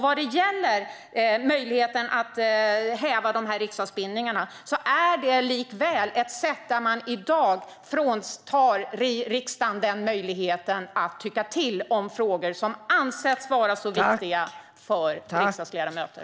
När det gäller att häva riksdagsbindningarna är det likväl ett sätt att frånta riksdagen en möjlighet att tycka till om frågor som har ansetts vara så viktiga för riksdagsledamöter.